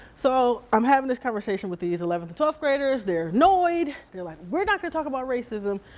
so i'm having this conversation with these eleventh to twelfth graders, they're annoyed. they're like, we're not gonna talk about racism.